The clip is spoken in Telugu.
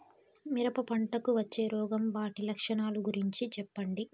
మిరప పంటకు వచ్చే రోగం వాటి లక్షణాలు గురించి చెప్పండి?